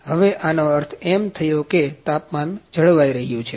હવે આનો અર્થ એમ થયો કે તાપમાન જળવાઈ રહ્યું છે